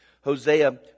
Hosea